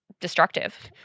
destructive